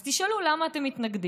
אז תשאלו: למה אתם מתנגדים?